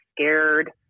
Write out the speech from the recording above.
scared